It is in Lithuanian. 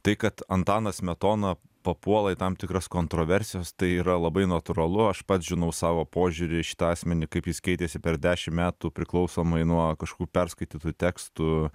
tai kad antanas smetona papuola į tam tikras kontroversijas tai yra labai natūralu aš pats žinau savo požiūrį į šitą asmenį kaip jis keitėsi per dešimt metų priklausomai nuo kažkokių perskaitytų tekstų